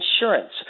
insurance